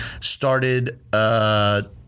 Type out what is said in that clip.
started